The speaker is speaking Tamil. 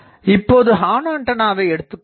இப்போது ஹார்ன் ஆண்டனாவை எடுத்துக்கொள்வோம்